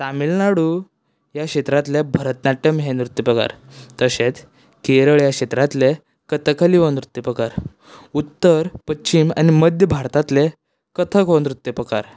तामिलनाडू ह्या क्षेत्रांतले भरतनाट्यम हें नृत्य प्रकार तशेंच केरळ ह्या क्षेत्रांतले कथकली हो नृत्य प्रकार उत्तर पश्चीम आनी मध्य भारतांतले कथक हो नृत्य प्रकार